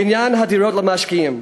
לעניין הדירות למשקיעים,